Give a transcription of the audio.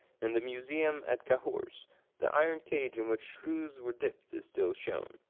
in the museum at cahors the iron cage in which shrews were dipped is still shown.